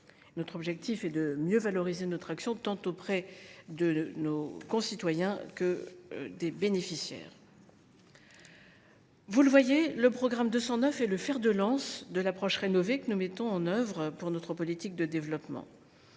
Notre objectif est de mieux valoriser notre action tant auprès de nos concitoyens que des bénéficiaires. Vous le voyez, mesdames, messieurs les sénateurs, le programme 209 est le fer de lance de l’approche rénovée que nous mettons en œuvre pour notre politique de développement.